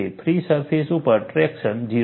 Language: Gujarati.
ફ્રી સરફેસ ઉપર ટ્રેક્શન 0 છે